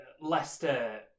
Leicester